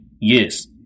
Yes